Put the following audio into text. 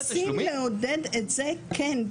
מנסים לעודד את זה כן,